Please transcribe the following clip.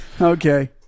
Okay